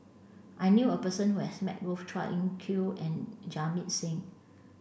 I knew a person who has met both Chua Kim Yeow and Jamit Singh